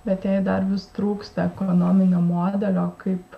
bet jai dar vis trūksta ekonominio modelio kaip